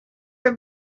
are